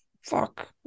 fuck